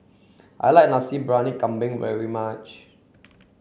I like Nasi Briyani Kambing very much